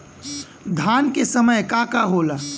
धान के समय का का होला?